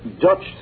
Dutch